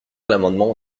l’amendement